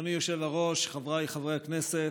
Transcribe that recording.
אדוני היושב-ראש, חבריי חברי הכנסת,